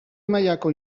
mailako